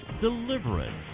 deliverance